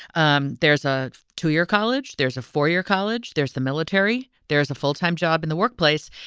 um there's a two year college. there's a four year college. there's the military. there's a full time job in the workplace.